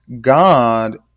God